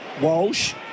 Walsh